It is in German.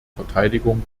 verteidigung